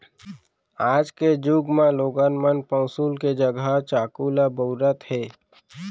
आज के जुग म लोगन मन पौंसुल के जघा चाकू ल बउरत हें